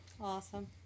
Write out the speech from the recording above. Awesome